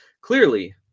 Clearly